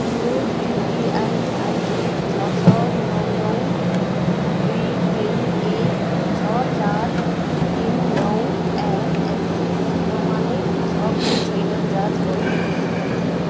यो UPI ID छ छ नौ नौ दुई तिन एक छ चार तिन नौ एट एक्सिस प्रमाणित छ कि छैन जाँच गर्नुहोस्